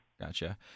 Gotcha